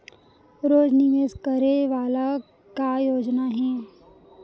रोज निवेश करे वाला का योजना हे?